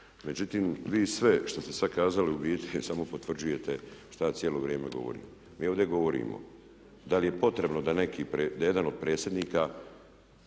Međutim vi sve što ste sada kazali u biti samo potvrđujete šta ja cijelo vrijeme govorim. Mi ovdje govorimo da li je potrebno da jedan od predsjednika